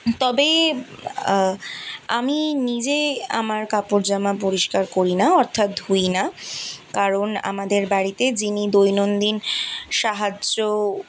তবে আমি নিজেই আমার কাপড় জামা পরিষ্কার করি না অর্থাৎ ধুই না কারণ আমাদের বাড়িতে যিনি দৈনন্দিন সাহায্য